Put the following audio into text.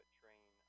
train